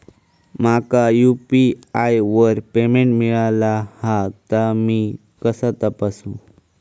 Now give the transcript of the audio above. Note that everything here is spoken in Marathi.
माका यू.पी.आय वर पेमेंट मिळाला हा ता मी कसा तपासू?